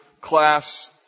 class